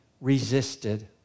resisted